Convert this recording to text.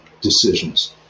Decisions